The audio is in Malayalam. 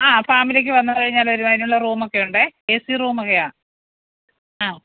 ആ ഫാമിലിക്ക് വന്നു കഴിഞ്ഞാൽ വരൂ അതിനുള്ള റൂമൊക്കെ ഉണ്ടേ ഏ സി റൂമൊക്കെയാണ് ആ